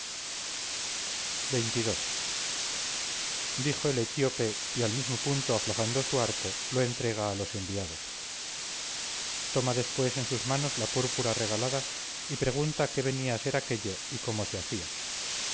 xxii dijo el etíope y al mismo punto aflojando su arco lo entrega a los enviados toma después en sus manos la púrpura regalada y pregunta qué venía a ser aquello y cómo se hacía